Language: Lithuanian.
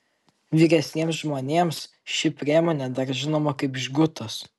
vyresniems žmonėms ši priemonė dar žinoma kaip žgutas